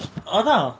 அதா:atha